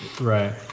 Right